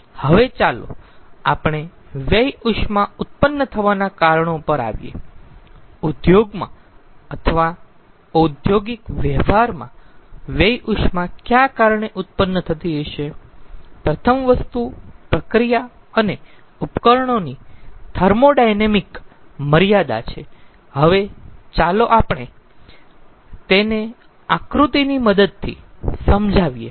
હવે ચાલો આપણે વ્યય ઉષ્મા ઉત્પન્ન થવાનાં કારણો પર આવીએ ઉદ્યોગમાં અથવા ઉદ્યોગિક વ્યવહારમાં વ્યય ઉષ્મા ક્યાં કારણે ઉત્પન્ન થતી હશે પ્રથમ વસ્તુ પ્રક્રિયા અને ઉપકરણોની થર્મોડાયનેમિક મર્યાદા છે હવે ચાલો આપણે તેને આકૃતિની મદદથી સમજાવીએ